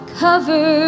cover